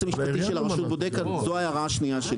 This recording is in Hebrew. המשפטי של הרשות בודק זו הערתי השנייה.